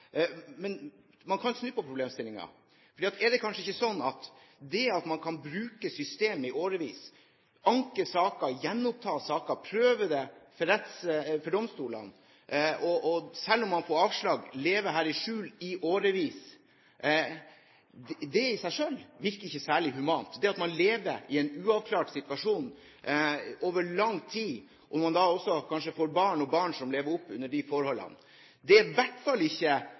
Man kan snu på problemstillingen, for det at man kan bruke systemet i årevis ved å anke saker, gjenoppta saker, prøve dem for domstolene, og selv om man får avslag, kan leve i skjul her i årevis, virker i seg selv ikke særlig humant. Det at man lever i en uavklart situasjon over lang tid – man får kanskje også barn som lever opp under slike forhold – er i hvert fall ikke